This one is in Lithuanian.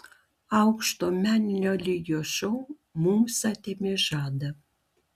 aukšto meninio lygio šou mums atėmė žadą